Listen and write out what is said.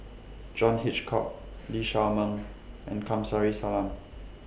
John Hitchcock Lee Shao Meng and Kamsari Salam